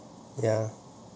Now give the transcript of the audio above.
ya